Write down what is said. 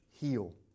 Heal